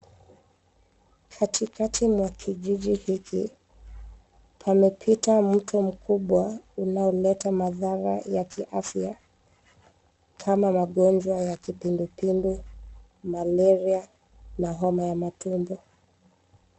Katikati mwa kijiji hiki, pamepita mto mkubwa, unaoleta madhara ya kiafya, kama magonjwa ya kipindupindu, malaria na homa ya matumbo.